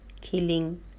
killing